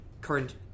current